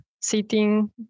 sitting